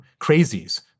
crazies